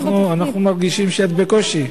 אנחנו מרגישים שאת בקושי,